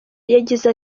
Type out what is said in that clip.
yagize